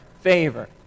favor